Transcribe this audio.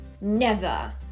Never